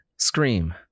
Scream